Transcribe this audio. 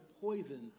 poison